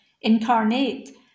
incarnate